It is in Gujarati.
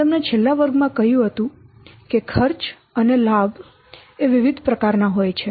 મેં તમને છેલ્લા વર્ગમાં કહ્યું હતું કે ખર્ચ અને લાભો વિવિધ પ્રકાર નાં હોય છે